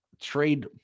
trade